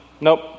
Nope